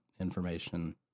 information